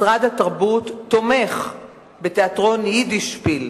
שמשרד התרבות תומך בתיאטרון "יידישפיל".